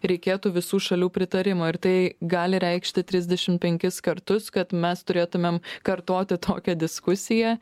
reikėtų visų šalių pritarimo ir tai gali reikšti trisdešim penkis kartus kad mes turėtumėm kartoti tokią diskusiją